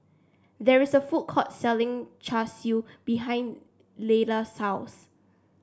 there is a food court selling Char Siu behind Leila's house